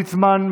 יעקב ליצמן,